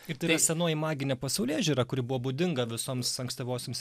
ir turės senoji maginė pasaulėžiūra kuri buvo būdinga visoms ankstyvosioms